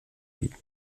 bieten